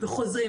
וחוזרים.